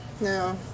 No